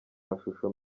mashusho